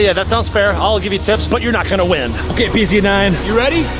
yeah that sounds fair, i'll give you tips, but you're not gonna win. okay, p z nine you ready?